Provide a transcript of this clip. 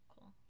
cool